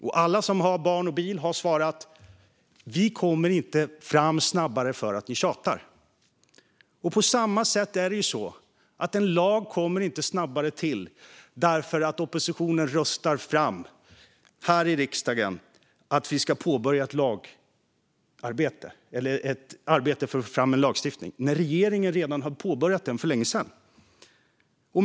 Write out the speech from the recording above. Och alla som har barn och bil har svarat: Vi kommer inte fram snabbare för att ni tjatar. På samma sätt kommer en lag inte till snabbare för att oppositionen här i riksdagen röstar fram att vi ska påbörja ett arbete för att få fram en lagstiftning, när regeringen redan för länge sedan har påbörjat den.